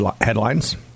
headlines